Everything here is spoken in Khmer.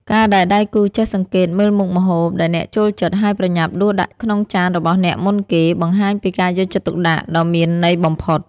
ការដែលដៃគូចេះសង្កេតមើលមុខម្ហូបដែលអ្នកចូលចិត្ត ហើយប្រញាប់ដួសដាក់ក្នុងចានរបស់អ្នកមុនគេ បង្ហាញពីការយកចិត្តទុកដាក់ដ៏មានន័យបំផុត។